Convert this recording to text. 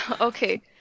okay